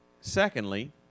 secondly